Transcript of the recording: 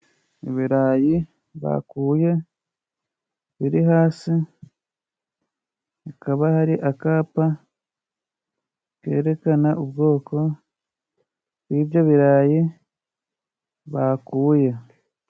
Ibirayi bakuye biri hasi, hakaba hari akapa kerekana ubwoko bw'ibyo birayi bakuye.